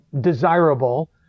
desirable